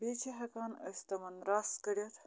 بیٚیہِ چھِ ہٮ۪کان أسۍ تِمَن رَس کٔڑِتھ